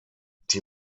die